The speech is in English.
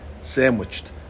sandwiched